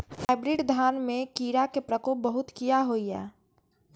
Hybrid धान में कीरा के प्रकोप बहुत किया होया?